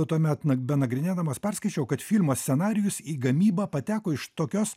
tuomet na benagrinėdamas perskaičiau kad filmo scenarijus į gamybą pateko iš tokios